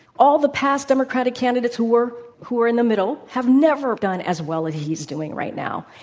all the past democratic candidates who were who were in the middle have never done as well as he's doing right now.